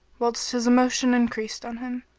whilst his emotion increased on him.